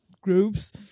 groups